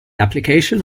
application